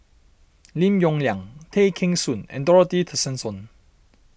Lim Yong Liang Tay Kheng Soon and Dorothy Tessensohn